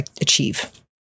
achieve